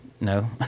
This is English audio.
No